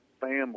family